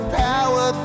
power